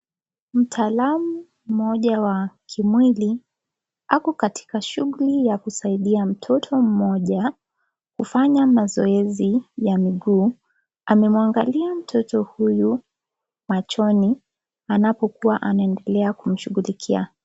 Mtaalamu moja wa kimwili ako katika shughuli ya kusaidia mtoto mmoja kufanya mazoezi ya mguu, amemuangalia mtoto huyu, machoni, anapokua anaendelea kushughlulikia.